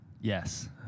Yes